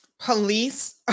Police